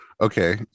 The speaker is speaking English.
Okay